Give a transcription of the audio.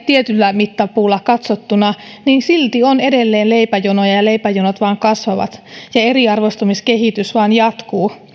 tietyllä mittapuulla katsottuna on edelleen leipäjonoja ja leipäjonot vain kasvavat ja eriarvoistumiskehitys vain jatkuu